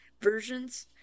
versions